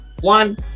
One